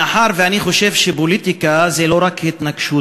מאחר שאני חושב שפוליטיקה זה לא רק התנגשות